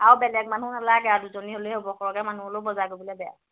আৰু বেলেগ মানুহ নালাগে আৰু দুজনী হ'লে হ'ব সৰহকে মানুহ হ'লেও বজাৰ কৰিব বেয়া